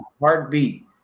heartbeat